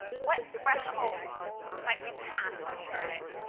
what thresholds might we pass in the arctic?